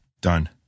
done